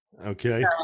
Okay